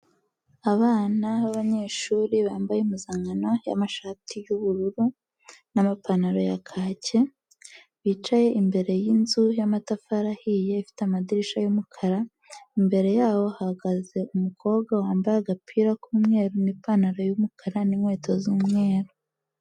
Abana b'abanyeshuri bambaye impuzankano y'amashati y'ubururu n'amapantaro ya kacye, bicaye imbere yinzu y'amatafari ahiye ifite amadirishya y'umukara, imbere yabo hahagaze umukobwa wambaye agapira k'umweru n'ipantaro y'umukara n'inkweto z'umweru.